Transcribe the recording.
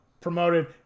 promoted